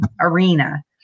arena